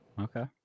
okay